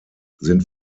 sind